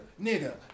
nigga